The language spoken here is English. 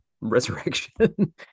resurrection